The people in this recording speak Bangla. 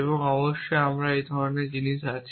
এবং অবশ্যই আপনি আমি সব ধরনের জিনিস আছে